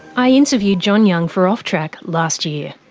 i interviewed john young for off track last year.